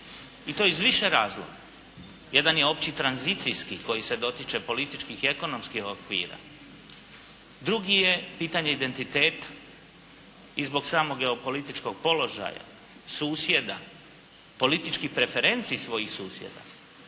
i to iz više razloga. Jedan je opći tranzicijski koji se dotiče političkih i ekonomskih okvira. Drugi je pitanje identiteta i zbog samog geopolitičkog položaja susjeda, političkih referenci svojih susjeda,